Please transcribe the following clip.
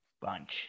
bunch